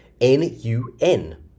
N-U-N